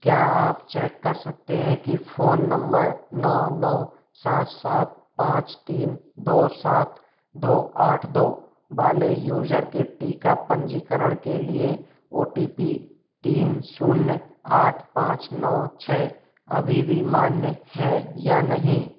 क्या आप चेक कर सकते हैं कि फ़ोन नंबर नौ नौ सात सात पाँच तीन दो सात दो आठ दो वाले यूज़र के टीका पंजीकरण के लिए ओ टी पी तीन शून्य आठ पाँच नौ छः अभी भी मान्य है या नहीं